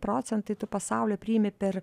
procentai pasaulio priimi per